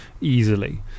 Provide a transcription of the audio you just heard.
easily